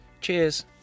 Cheers